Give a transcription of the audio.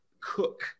cook